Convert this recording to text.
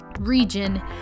region